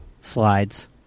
slides